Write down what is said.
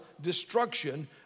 destruction